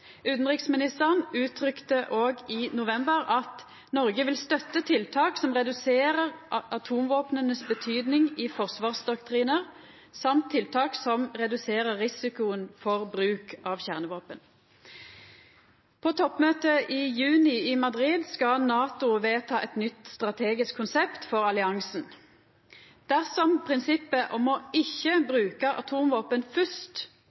uttrykte òg i november at «Norge vil støtte tiltak som reduserer atomvåpnenes betydning i forsvarsdoktriner, samt tiltak som reduserer risikoen for bruk av kjernevåpen På toppmøtet i Madrid i juni skal NATO vedta eit nytt strategisk konsept for alliansen. Dersom prinsippet om ikkje å